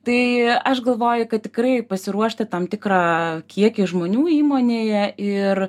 tai aš galvoju kad tikrai pasiruošti tam tikrą kiekį žmonių įmonėje ir